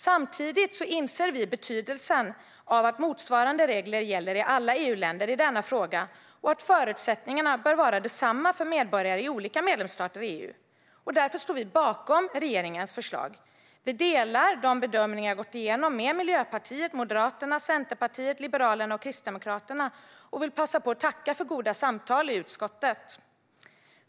Samtidigt inser vi betydelsen av att motsvarande regler gäller i alla EU-länder i denna fråga och att förutsättningarna bör vara desamma för medborgare i olika medlemsstater i EU. Därför står vi bakom regeringens förslag. Vi delar de bedömningar som jag har gått igenom med Miljöpartiet, Moderaterna, Centerpartiet, Liberalerna och Kristdemokraterna, och jag vill passa på att tacka för goda samtal i utskottet.